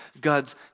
God's